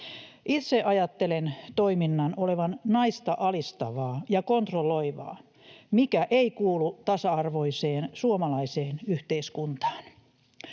Itse ajattelen toiminnan olevan naista alistavaa ja kontrolloivaa, mikä ei kuulu tasa-arvoiseen suomalaiseen yhteiskuntaan.